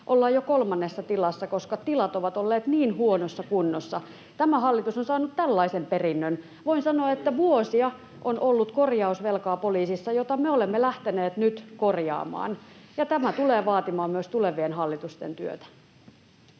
ollaan jo kolmannessa tilassa, koska tilat ovat olleet niin huonossa kunnossa. Tämä hallitus on saanut tällaisen perinnön. [Perussuomalaisten ryhmästä: Missä poliisit?] Voin sanoa, että vuosia on ollut poliisissa korjausvelkaa, jota me olemme lähteneet nyt korjaamaan, ja tämä tulee vaatimaan myös tulevien hallitusten työtä.